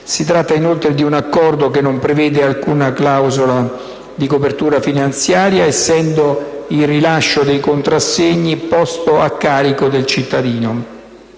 Si tratta, inoltre, di un accordo che non prevede alcuna clausola di copertura finanziaria, essendo il rilascio dei contrassegni posto a carico del cittadino.